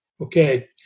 okay